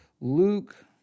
Luke